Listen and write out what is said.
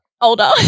older